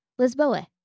Lisboa